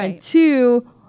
Two